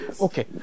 Okay